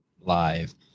live